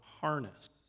harness